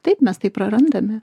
taip mes tai prarandame